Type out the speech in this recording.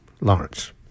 Lawrence